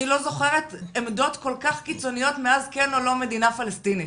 אני לא זוכרת עמדות כל כך קיצוניות מאז כן או לא מדינה פלסטינית,